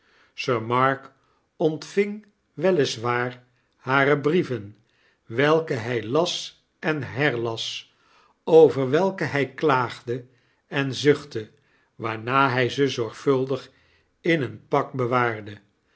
sir mark ontving wel is waar hare brieven welke hy las en herlas over welke hp klaagde en zuchtte waarna hy zezorgvuldig in een pak bewaarde